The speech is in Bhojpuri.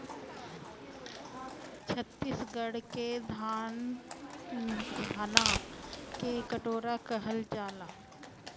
छतीसगढ़ के धान के कटोरा कहल जाला